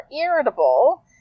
irritable